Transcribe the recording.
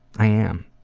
i am.